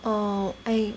orh I